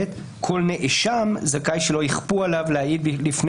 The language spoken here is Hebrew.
כל נאשם זכאי שלא יכפו עליו להעיד לפני